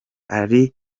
ari